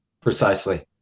Precisely